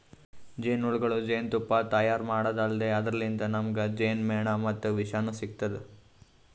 ಜೇನಹುಳಗೊಳ್ ಜೇನ್ತುಪ್ಪಾ ತೈಯಾರ್ ಮಾಡದ್ದ್ ಅಲ್ದೆ ಅದರ್ಲಿನ್ತ್ ನಮ್ಗ್ ಜೇನ್ಮೆಣ ಮತ್ತ್ ವಿಷನೂ ಸಿಗ್ತದ್